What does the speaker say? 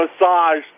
massage